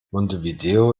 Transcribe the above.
montevideo